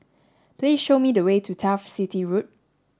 please show me the way to Turf City Road